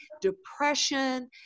depression